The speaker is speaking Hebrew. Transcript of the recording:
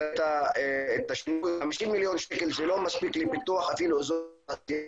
--- 50 מיליון שקל זה לא מספיק לפיתוח --- אוקיי,